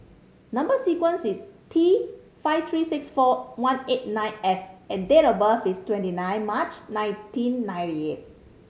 number sequence is T five three six four one eight nine F and date of birth is twenty nine March nineteen ninety eight